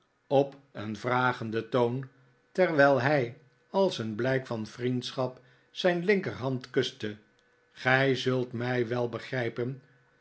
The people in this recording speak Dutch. op een vragenden toon terwijl hij als een blijk van vriendschap zijn linkerhand kuste gij zult mij wel begrijp'en